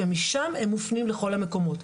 ומשם הם מופנים לכל המקומות.